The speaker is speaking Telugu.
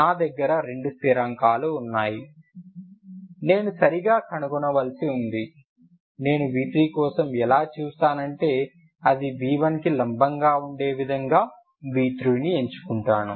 నా దగ్గర రెండు స్థిరాంకాలు ఉన్నాయి నేను సరిగా కనుగొనవలసి ఉంది నేను v3 కోసం ఎలా చూస్తానంటే అది v1కి లంబంగా ఉండే విధంగా v3ని ఎంచుకుంటాను